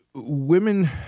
Women